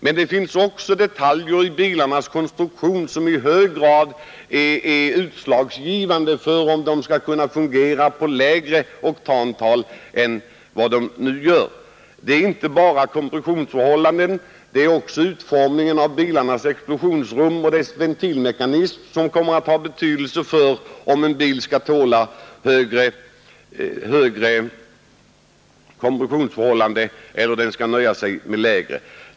Men det finns också detaljer i dessas konstruktion vilka i hög grad är utslagsgivande för om de skall kunna fungera på lägre oktantal än de nu gör. Det är inte bara kompressionsförhållanden utan också utformningen av bilarnas explosionsrum och deras ventilmekanism som kommer att ha betydelse för om en bil skall tåla högre kompressionsförhållanden eller nöja sig med lägre.